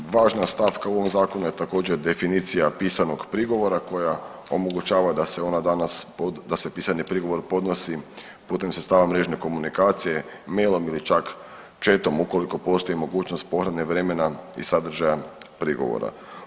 Važna stavka u ovom zakonu je također definicija pisanog prigovora koja omogućava da se ona danas, da se pisani prigovor podnosi putem sredstava mrežne komunikacije, mailom ili čak chatom ukoliko postoji mogućost pohrane vremena i sadržaja prigovora.